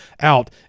out